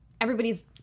everybody's